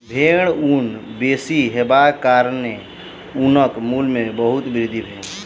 भेड़क ऊन बेसी हेबाक कारणेँ ऊनक मूल्य में बहुत वृद्धि भेल